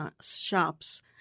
shops